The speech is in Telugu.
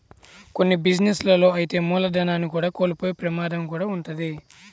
కొన్ని బిజినెస్ లలో అయితే మూలధనాన్ని కూడా కోల్పోయే ప్రమాదం కూడా వుంటది